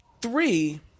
Three